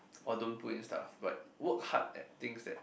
or don't but in stuff but work hard at thing that